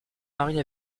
marie